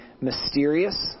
mysterious